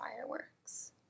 fireworks